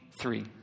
three